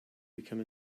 become